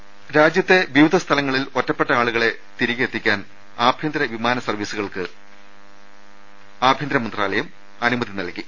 ദേദ രാജ്യത്തെ വിവിധ സ്ഥലങ്ങളിൽ ഒറ്റപ്പെട്ട ആളുകളെ തിരികെയെത്തിക്കാൻ ആഭ്യന്തര വിമാന സർവ്വീസുകൾക്ക് ആഭ്യന്തര മന്ത്രാലയം അനുമതി നൽകി